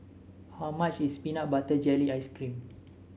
how much is Peanut Butter Jelly Ice cream